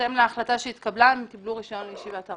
בהתאם להחלטה שהתקבלה הם קיבלו רישיון לישיבה ארעית.